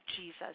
Jesus